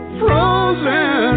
frozen